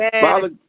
Father